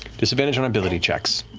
disadvantage on ability checks,